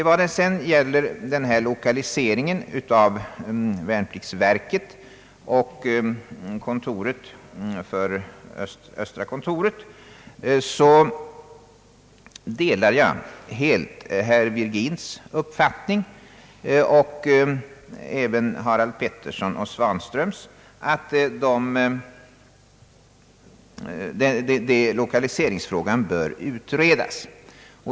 När det sedan gäller lokaliseringen av värnpliktsverket och Östra värnpliktskontoret delar jag helt herr Virgins liksom herrar Harald Petterssons och Svanströms uppfattningar att lokaliseringsfrågan bör utredas.